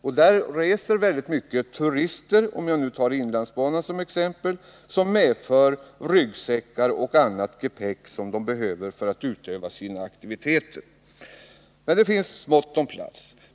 På inlandsbanan, för att ta den som exempel, reser många turister som medför ryggsäckar och annat gepäck som de behöver för sina aktiviteter. Men det är smått om plats.